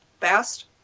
fast